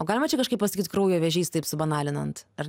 o galima čia kažkaip pasakyt kraujo vėžys taip subanalinant ar